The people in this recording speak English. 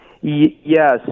Yes